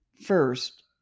First